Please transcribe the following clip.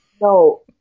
No